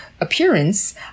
appearance